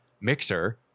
mixer